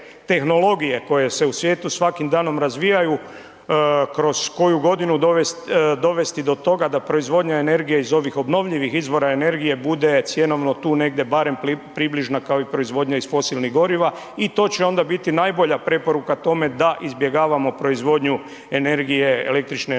koje se u svijetu svakim danom razvijaju kroz koju godinu dovesti do toga da proizvodnja energije iz ovih obnovljivih izvora energije bude cjenovno tu negdje barem približna kao i proizvodnja iz fosilnih goriva i to će onda biti najbolja preporuka tome da izbjegavamo proizvodnju energije, električne energije